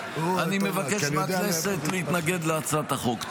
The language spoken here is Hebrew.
אני מבקש מהכנסת להתנגד להצעת החוק.